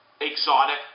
exotic